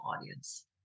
audience